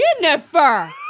Jennifer